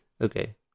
Okay